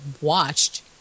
watched